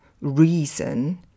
reason